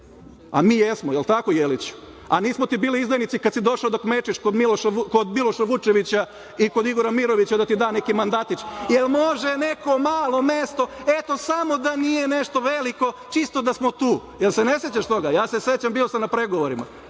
jesmo, jel tako, Jeliću? A nismo ti bili izdajnici kad si došao da kmečiš kod Miloša Vučevića i kod Igora Mirovića da ti da neki mandatić – da li može neko malo mesto, eto samo da nije nešto veliko, čisto da smo tu. Jel se ne sećaš toga? Ja se sećam, bio sam na pregovorima.